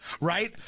Right